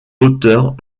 hauteur